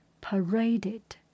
paraded